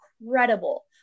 incredible